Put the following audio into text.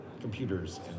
computers